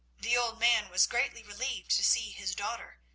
the old man was greatly relieved to see his daughter,